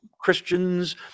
Christians